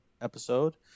episode